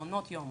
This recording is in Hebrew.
מעונות יום,